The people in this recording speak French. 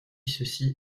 ceci